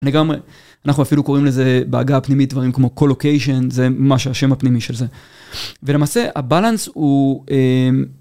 אני גם, אנחנו אפילו קוראים לזה בעגה הפנימית דברים כמו קולוקיישן, זה ממש השם הפנימי של זה. ולמעשה, הבלנס הוא...